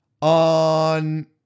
On